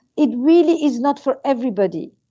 it really is not for everybody.